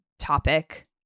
topic